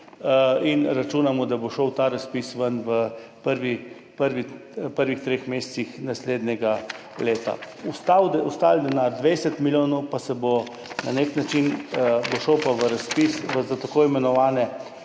in računamo, da bo šel ta razpis ven v prvih treh mesecih naslednjega leta. Ostali denar, 20 milijonov, pa bo na nek način šel v razpis za tako imenovane